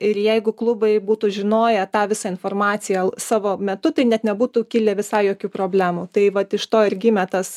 ir jeigu klubai būtų žinoję tą visą informaciją savo metu tai net nebūtų kilę visai jokių problemų tai vat iš to ir gimė tas